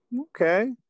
Okay